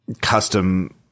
custom